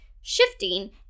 shifting